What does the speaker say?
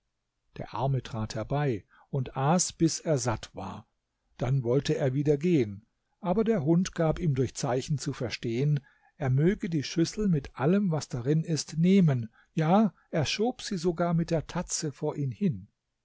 der arme trat herbei und aß bis er satt war dann wollte er wieder gehen aber der hund gab ihm durch zeichen zu verstehen er möge die schüssel mit allem was darin ist nehmen ja er schob sie sogar mit der tatze vor ihn hin